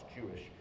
Jewish